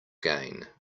gain